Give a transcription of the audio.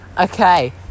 Okay